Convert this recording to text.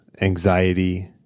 anxiety